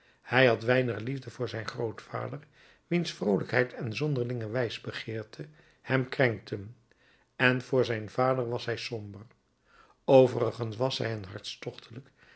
hij had weinig liefde voor zijn grootvader wiens vroolijkheid en zonderlinge wijsbegeerte hem krenkten en voor zijn vader was hij somber overigens was hij een